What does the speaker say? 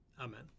Amen